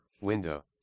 window